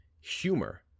humor